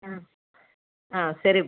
ಹ್ಞೂ ಹಾಂ ಸರಿ